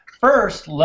first